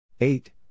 eight